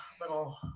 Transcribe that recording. little